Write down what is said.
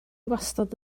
wastad